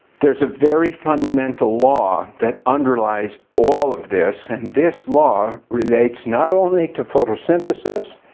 there's a very fundamental law that underlies all of this. and this law relates not only to photosynthesis,